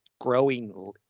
growing